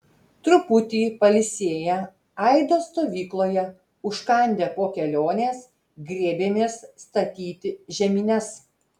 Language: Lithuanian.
truputį pailsėję aido stovykloje užkandę po kelionės griebėmės statyti žemines